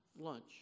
lunch